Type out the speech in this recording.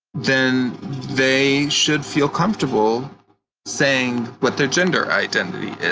then they should feel comfortable saying what their gender identity is.